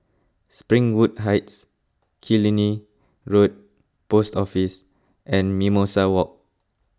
Springwood Heights Killiney Road Post Office and Mimosa Walk